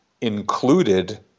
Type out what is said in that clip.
included